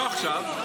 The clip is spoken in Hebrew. לא עכשיו,